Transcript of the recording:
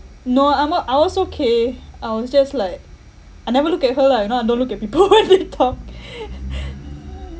no I'm uh I was okay I was just like I never look at her lah you know I don't look at people when they talk